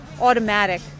automatic